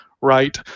right